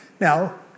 Now